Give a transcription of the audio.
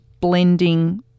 blending